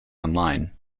online